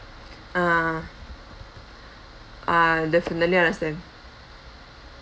ah ah definitely understand